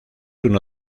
uno